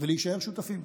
ולהישאר שותפים.